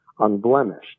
unblemished